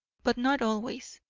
but not always,